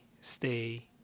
stay